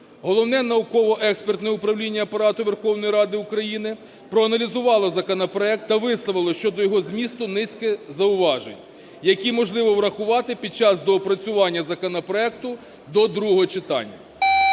Головне науково-експертне управління Апарату Верховної Ради України проаналізувало законопроект та висловило щодо його змісту низку зауважень, які можливо врахувати під час доопрацювання законопроекту до другого читання.